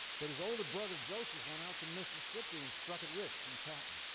but his older brother, joseph, went out to mississippi and struck it rich in cotton.